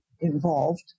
involved